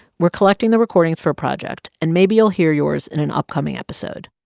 we're collecting the recording for a project, and maybe you'll hear yours in an upcoming episode.